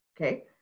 Okay